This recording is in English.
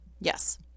Yes